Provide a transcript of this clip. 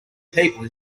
people